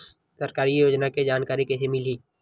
सरकारी योजना के जानकारी कइसे मिलही?